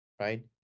right